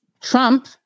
Trump